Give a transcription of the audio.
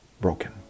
broken